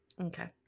Okay